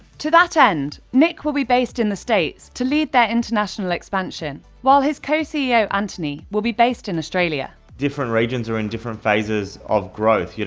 to that end, nick will be based in the states to lead their international expansion, while his co-ceo anthony will be based in australia. different regions are in different phases of growth. yeah